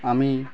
আমি